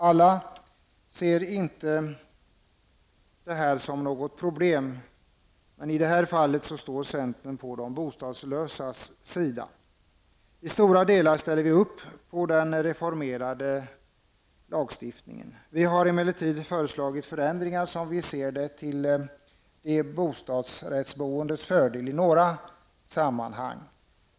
Alla ser inte detta som något problem, men i det fallet står centern på de bostadslösas sida. I stora delar ställer vi oss bakom reformeringen av lagstiftningen. Vi har emellertid föreslagit förändringar vilka, som vi ser det, är till de bostadsrättsboendes fördel i några sammanhang.